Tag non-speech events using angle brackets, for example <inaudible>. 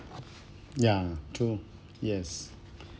ya true yes <breath>